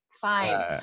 Fine